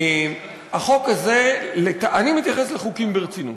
אני מתייחס לחוקים ברצינות.